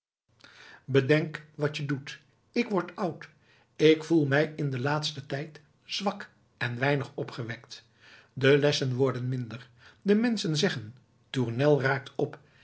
bedenk wat je doet ik word oud ik voel mij in den laatsten tijd zwak en weinig opgewekt de lessen worden minder de menschen zeggen tournel raakt op